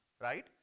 right